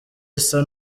isa